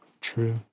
True